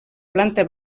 planta